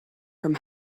from